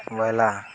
ବୋଇଲା